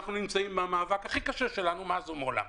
כשאנחנו נמצאים במאבק הכי קשה שלנו מאז ומעולם,